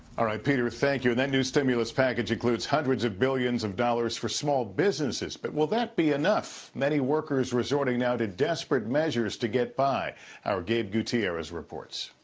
all right, peter, thank you. and that new stimulus package includes hundreds of millions of dollars for small businesses, but will that be enough many workers resorting now to desperate measures to get by our gabe gutierrez reports.